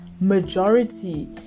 majority